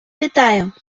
вітаю